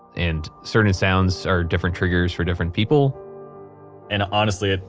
and certain sounds are different triggers for different people and honestly, ah